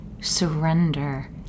surrender